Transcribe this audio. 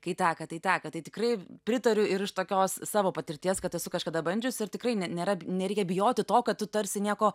kai teka tai teka tai tikrai pritariu ir iš tokios savo patirties kad esu kažkada bandžius ir tikrai nėra nereikia bijoti to kad tu tarsi nieko